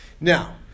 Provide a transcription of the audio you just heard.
Now